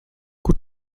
kur